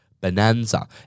bonanza